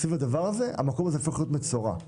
סביב הדבר הזה המקום הופך להיות מצורע.